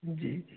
जी जी